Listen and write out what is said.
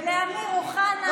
ולאמיר אוחנה בכנסת,